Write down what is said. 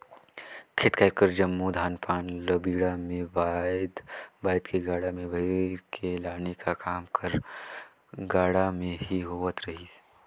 खेत खाएर कर जम्मो धान पान ल बीड़ा मे बाएध बाएध के गाड़ा मे भइर के लाने का काम हर गाड़ा मे ही होवत रहिस